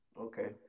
Okay